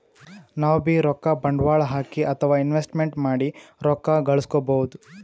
ನಾವ್ಬೀ ರೊಕ್ಕ ಬಂಡ್ವಾಳ್ ಹಾಕಿ ಅಥವಾ ಇನ್ವೆಸ್ಟ್ಮೆಂಟ್ ಮಾಡಿ ರೊಕ್ಕ ಘಳಸ್ಕೊಬಹುದ್